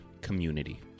community